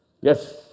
Yes